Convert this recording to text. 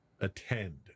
attend